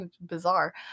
bizarre